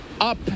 up